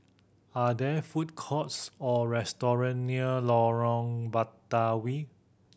are there food courts or restaurant near Lorong Batawi